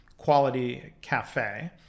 qualitycafe